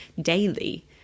daily